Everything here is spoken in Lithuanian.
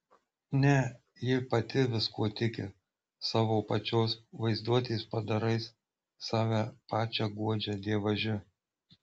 ne ji pati viskuo tiki savo pačios vaizduotės padarais save pačią guodžia dievaži